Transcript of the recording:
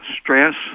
stress